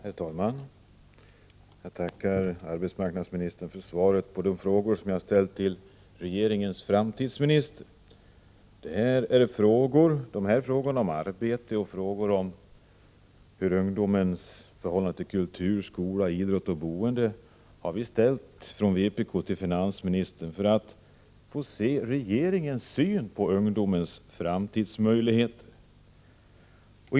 Herr talman! Jag tackar arbetsmarknadsministern för svaret på de frågor som jag har ställt till regeringens framtidsminister. Frågor om arbete och om ungdomens förhållande till kultur, skola, idrott och boende har vi från vpk ställt till framtidsministern för att vi skall få veta regeringens syn på ungdomens framtidsmöjligheter.